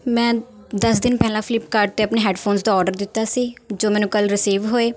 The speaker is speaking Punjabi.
ਮੈਂ ਦਸ ਦਿਨ ਪਹਿਲਾਂ ਫਲਿੱਪਕਾਰਟ 'ਤੇ ਆਪਣੇ ਹੈੱਡਫੋਨਸ ਦਾ ਔਡਰ ਦਿੱਤਾ ਸੀ ਜੋ ਮੈਨੂੰ ਕੱਲ੍ਹ ਰਸੀਵ ਹੋਏ